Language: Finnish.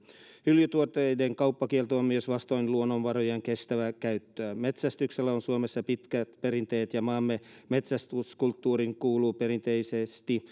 hyljetuotteiden kauppakielto on myös vastoin luonnonvarojen kestävää käyttöä metsästyksellä on suomessa pitkät perinteet ja maamme metsästyskulttuuriin kuuluu perinteisesti